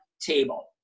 table